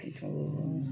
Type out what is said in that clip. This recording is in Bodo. बेथ'